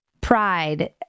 pride